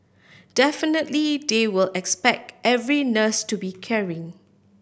definitely they will expect every nurse to be caring